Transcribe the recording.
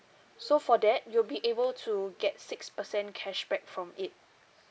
so for that you'll be able to get six percent cashback from it